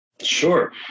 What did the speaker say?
Sure